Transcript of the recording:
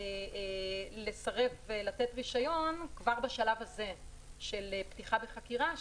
לסרב לתת רישיון כבר בשלב הזה של פתיחה בחקירה.